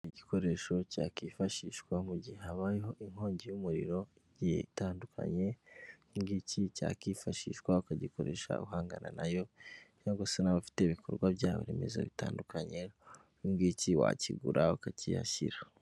Igikoresho cyakwifashishwa mu gihe habayeho inkongi y'umuriro igiye itandukanye, iki ngiki cyakwifashishwa ukagikoresha uhangana nayo cyangwa se, n'abafite ibikorwa byabo remezo bitandukanye iki ngiki wakigura ukakihashyira.